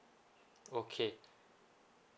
okay